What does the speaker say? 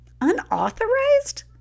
Unauthorized